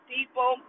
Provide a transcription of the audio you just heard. People